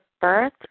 birth